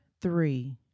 three